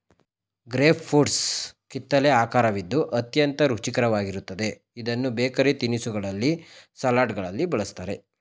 grape fruits ಕಿತ್ತಲೆ ಆಕರವಿದ್ದು ಅತ್ಯಂತ ರುಚಿಕರವಾಗಿರುತ್ತದೆ ಇದನ್ನು ಬೇಕರಿ ತಿನಿಸುಗಳಲ್ಲಿ, ಸಲಡ್ಗಳಲ್ಲಿ ಬಳ್ಸತ್ತರೆ